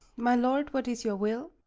my lord, what is your will?